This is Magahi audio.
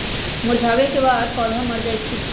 मुरझावे के बाद पौधा मर जाई छई